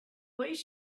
least